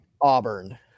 Auburn